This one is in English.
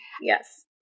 Yes